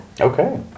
Okay